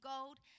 Gold